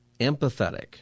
empathetic